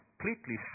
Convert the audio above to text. completely